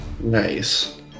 nice